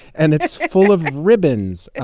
and it's full of ribbons.